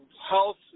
health